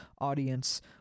audience